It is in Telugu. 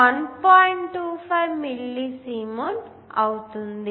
25 మిల్లీ సీమెన్ అవుతుంది